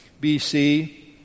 BC